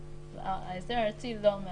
מה שההסדר הארצי לא מאפשר.